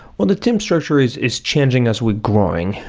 well, the team structure is is changing as we're growing.